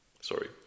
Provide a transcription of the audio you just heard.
sorry